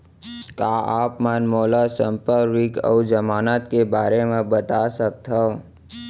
का आप मन मोला संपार्श्र्विक अऊ जमानत के बारे म बता सकथव?